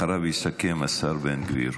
אחריו יסכם השר בן גביר.